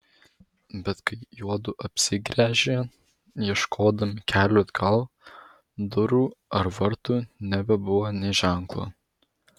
bet kai juodu apsigręžė ieškodami kelio atgal durų ar vartų nebebuvo nė ženklo